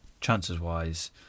chances-wise